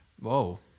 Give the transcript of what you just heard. Whoa